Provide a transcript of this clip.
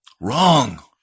Wrong